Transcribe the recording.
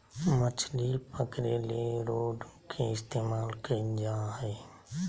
मछली पकरे ले रॉड के इस्तमाल कइल जा हइ